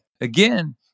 Again